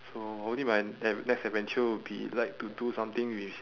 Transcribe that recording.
so only my ne~ next adventure would be like to do something with